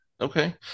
Okay